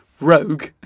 rogue